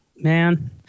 Man